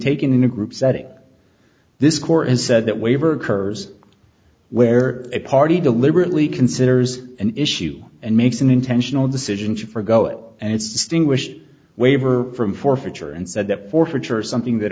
taken in a group setting this court has said that waiver occurs where a party deliberately considers an issue and makes an intentional decision for go it and it's distinguish waiver from forfeiture and said that forfeiture something that